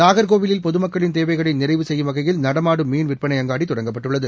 நாகர்கோவிலில் பொதுமக்களின் தேவைகளை நிறைவு செய்யும் வகையில் நடமாடும் மீன் விற்பனை அங்காடி தொடங்கப்பட்டுள்ளது